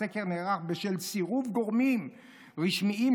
הסקר נערך "בשל סירוב גורמים רשמיים,